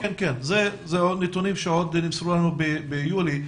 אלה נתונים שנמסרו לנו עוד ביולי.